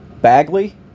Bagley